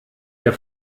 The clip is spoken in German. der